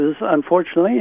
unfortunately